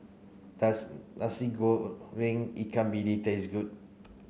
does Nasi Goreng Ikan Bili taste good